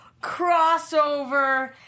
crossover